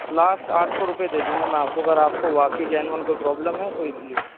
last آٹھ سو روپئے دے دوں گا میں آپ کو اگر آپ کو واقعی جینون کوئی پرابلم ہے تو اس لیے